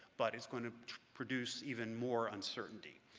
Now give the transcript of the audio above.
but it's going to produce even more uncertainty.